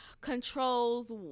controls